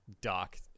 dock